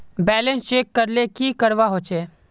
Balance check करले की करवा होचे?